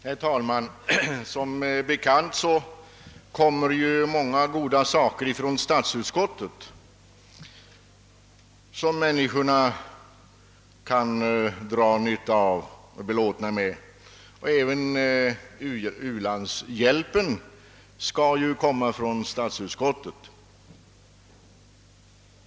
Herr talman! Som bekant kommer från statsutskottet många goda saker som människorna kan dra nytta av och kan vara belåtna med, och även u-landshjälpen skall ju kömmiaa från statsutskottet.